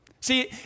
See